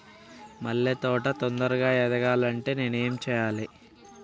మల్లె తోట తొందరగా ఎదగాలి అంటే నేను ఏం చేయాలి?